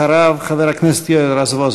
אחריו, חבר הכנסת יואל רזבוזוב.